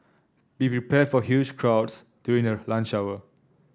be prepared for huge crowds during the lunch hour